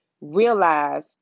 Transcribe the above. realize